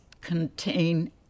contain